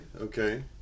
okay